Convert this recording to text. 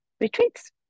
retreats